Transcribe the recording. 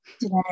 Today